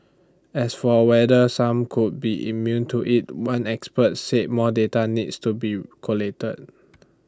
as for whether some could be immune to IT one expert said more data needs to be collated